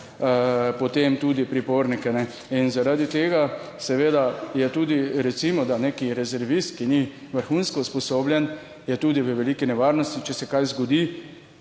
potem tudi pripornike in zaradi tega seveda je tudi recimo, da nek rezervist, ki ni vrhunsko usposobljen, je tudi v veliki nevarnosti, če se kaj zgodi.